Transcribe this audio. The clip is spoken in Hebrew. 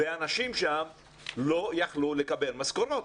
ואנשים שם לא יכלו לקבל משכורות.